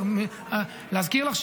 להזכיר לך,